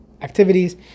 activities